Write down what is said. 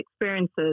experiences